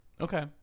Okay